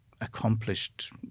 accomplished